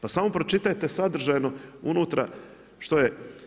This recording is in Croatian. Pa samo pročitajte sadržajno unutra što je.